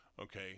Okay